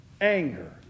anger